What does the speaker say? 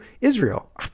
Israel